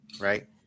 right